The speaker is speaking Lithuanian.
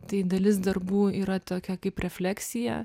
tai dalis darbų yra tokia kaip refleksija